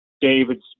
David's